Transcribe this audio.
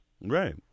Right